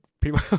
people